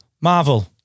Marvel